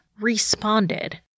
responded